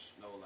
No